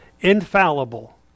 infallible